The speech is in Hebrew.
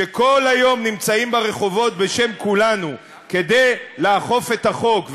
שכל היום נמצאים ברחובות בשם כולנו כדי לאכוף את החוק,